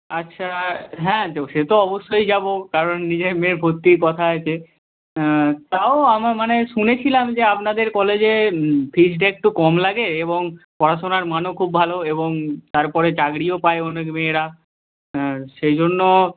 আচ্ছা হ্যাঁ সে তো অবশ্যই যাব কারণ নিজের মেয়ের ভর্তির কথা আছে তাও আমার মানে শুনেছিলাম যে আপনাদের কলেজে ফিজটা একটু কম লাগে এবং পড়াশোনার মানও খুব ভালো এবং তারপরে চাকরিও পায় অনেক মেয়েরা সেই জন্য